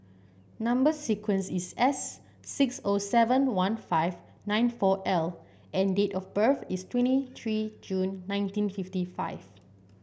number sequence is S six O seven one five nine four L and date of birth is twenty three June nineteen fifty five